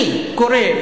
אני קורא,